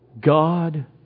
God